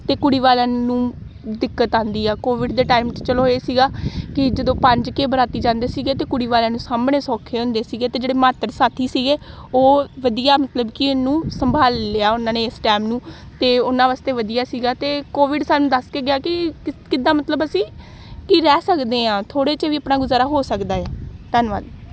ਅਤੇ ਕੁੜੀ ਵਾਲਿਆਂ ਨੂੰ ਦਿੱਕਤ ਆਉਂਦੀ ਹੈ ਕੋਵਿਡ ਦੇ ਟਾਈਮ 'ਚ ਚਲੋ ਇਹ ਸੀਗਾ ਕਿ ਜਦੋਂ ਪੰਜ ਕੁ ਬਰਾਤੀ ਜਾਂਦੇ ਸੀਗੇ ਤਾਂ ਕੁੜੀ ਵਾਲਿਆਂ ਨੂੰ ਸਾਂਭਣੇ ਸੌਖੇ ਹੁੰਦੇ ਸੀਗੇ ਅਤੇ ਜਿਹੜੇ ਮਾਤੜ ਸਾਥੀ ਸੀਗੇ ਉਹ ਵਧੀਆ ਮਤਲਬ ਕਿ ਇਹਨੂੰ ਸੰਭਾਲ ਲਿਆ ਉਹਨਾਂ ਨੇ ਇਸ ਟੈਮ ਨੂੰ ਅਤੇ ਉਹਨਾਂ ਵਾਸਤੇ ਵਧੀਆ ਸੀਗਾ ਅਤੇ ਕੋਵਿਡ ਸਾਨੂੰ ਦੱਸ ਕੇ ਗਿਆ ਕਿ ਕ ਕਿੱਦਾਂ ਮਤਲਬ ਅਸੀਂ ਕਿ ਰਹਿ ਸਕਦੇ ਹਾਂ ਥੋੜ੍ਹੇ 'ਚ ਵੀ ਆਪਣਾ ਗੁਜ਼ਾਰਾ ਹੋ ਸਕਦਾ ਹੈ ਧੰਨਵਾਦ